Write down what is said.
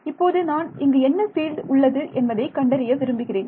இப்போது நான் இங்கு என்ன ஃபீல்டு உள்ளது என்பதை கண்டறிய விரும்புகிறேன்